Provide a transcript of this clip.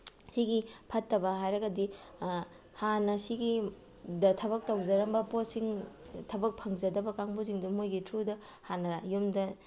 ꯁꯤꯒꯤ ꯐꯠꯇꯕ ꯍꯥꯏꯔꯒꯗꯤ ꯍꯥꯟꯅ ꯁꯤꯒꯤꯗ ꯊꯕꯛ ꯇꯧꯖꯔꯝꯕ ꯄꯣꯠꯁꯤꯡ ꯊꯕꯛ ꯐꯪꯖꯗꯕ ꯀꯥꯡꯕꯨꯁꯤꯡꯗꯣ ꯃꯣꯏꯒꯤ ꯊ꯭ꯔꯨꯗ ꯍꯥꯟꯅ ꯌꯨꯝꯗ